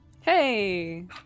Hey